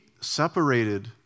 separated